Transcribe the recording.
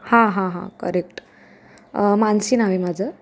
हा हा हा करेक्ट मानसी नाव आहे माझं